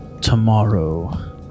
Tomorrow